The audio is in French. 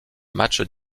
matchs